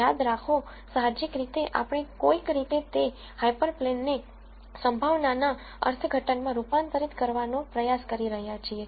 યાદ રાખો સાહજિક રીતે આપણે કોઈક રીતે તે હાયપરપ્લેન ને સંભાવના અર્થઘટનમાં રૂપાંતરિત કરવાનો પ્રયાસ કરી રહ્યા છીએ